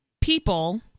people